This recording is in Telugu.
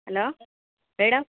hello madam